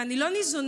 ואני לא ניזונה,